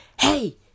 Hey